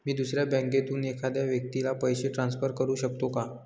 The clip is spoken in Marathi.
मी दुसऱ्या बँकेतून एखाद्या व्यक्ती ला पैसे ट्रान्सफर करु शकतो का?